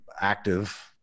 active